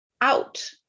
out